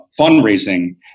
fundraising